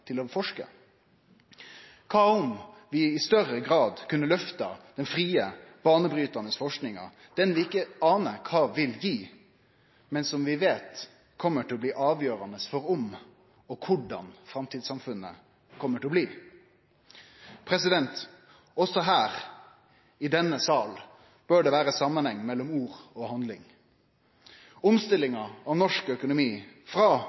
å forske? Kva om vi i større grad kunne løfte den frie, banebrytande forskinga, den vi ikkje aner kva vil gje, men som vi veit kjem til å bli avgjerande for korleis framtidssamfunnet kjem til å bli? Også her i denne salen bør det vere samanheng mellom ord og handling. Omstillinga i norsk økonomi frå